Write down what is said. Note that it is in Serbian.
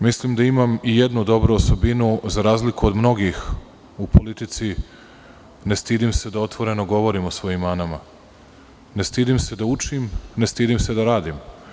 Mislim da imam i jednu dobru osobinu, za razliku od mnogih u politici – ne stidim se da otvoreno govorim o svojim manama, ne stidim se da učim, ne stidim se da radim.